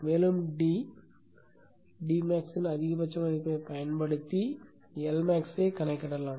மேலும் d d max இன் அதிகபட்ச மதிப்பைப் பயன்படுத்தி L maxஐக் கணக்கிடலாம்